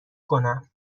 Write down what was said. کنم